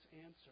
answer